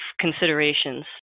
considerations